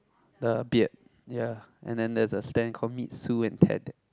the beard ya and then there's a stand call meet Sue and Ted